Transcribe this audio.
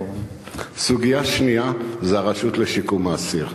הוא, סוגיה שנייה זה הרשות לשיקום האסיר.